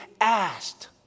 asked